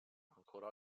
ancora